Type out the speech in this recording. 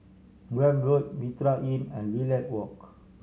Welm Road Mitraa Inn and Lilac Walk